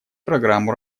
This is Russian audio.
программу